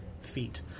feet